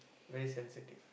very sensitive